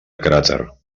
cràter